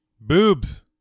boobs